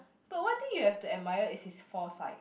but one thing you have to admire is his foresight